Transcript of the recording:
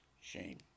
shame